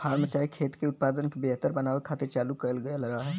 form चाहे खेत के उत्पादन के बेहतर बनावे खातिर चालू कएल गएल रहे